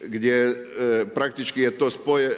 gdje praktički je to